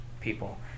people